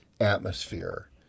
atmosphere